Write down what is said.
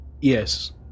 Yes